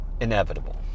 inevitable